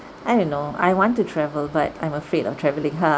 I don't know I want to travel but I'm afraid of travelling ha